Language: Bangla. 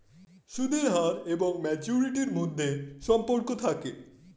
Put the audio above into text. সুদের হার এবং ম্যাচুরিটির মধ্যে সম্পর্ক থাকে